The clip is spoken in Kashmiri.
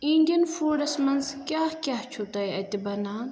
اِنڈین فُڈس منٛز کیاہ کیاہ چھُ تۄہہِ اَتہِ بَنان